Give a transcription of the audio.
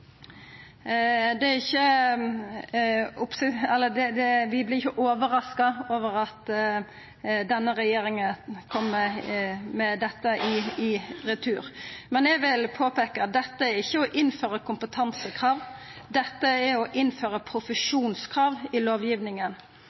Vi vart ikkje overraska over at denne regjeringa kjem med dette i retur. Men eg vil påpeika at dette ikkje er å innføra kompetansekrav – dette er å innføra profesjonskrav i lovgivinga.